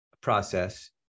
process